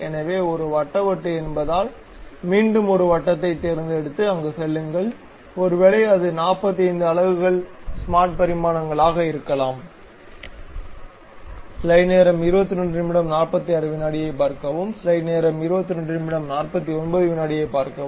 எனவே ஒரு வட்ட வட்டு என்பதால் மீண்டும் ஒரு வட்டத்தைத் தேர்ந்தெடுத்து அங்கு செல்லுங்கள் ஒருவேளை அது 45 அலகுகள் ஸ்மார்ட் பரிமாணங்களாக இருக்கலாம்